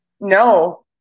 no